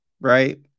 right